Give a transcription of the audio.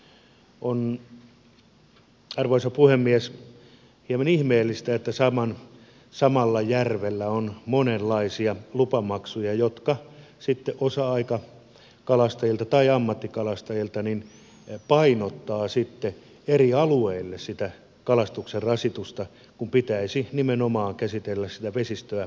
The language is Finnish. on arvoisa puhemies hieman ihmeellistä että samalla järvellä on monenlaisia lupamaksuja osa aikakalastajilta ja ammattikalastajilta ja se painottaa sitten eri alueille sitä kalastuksen rasitusta kun pitäisi nimenomaan käsitellä sitä vesistöä kokonaisuutena